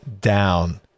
down